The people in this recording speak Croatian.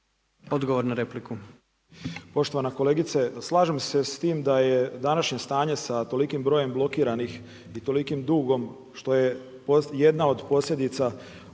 Odgovor na repliku.